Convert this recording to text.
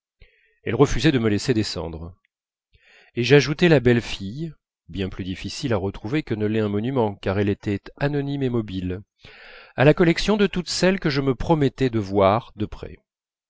elles refusaient de me laisser descendre et j'ajoutais la belle fille bien plus difficile à retrouver que ne l'est un monument car elle était anonyme et mobile à la collection de toutes celles que je me promettais de voir de près